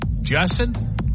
Justin